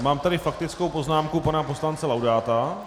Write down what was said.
Mám tu faktickou poznámku pana poslance Laudáta.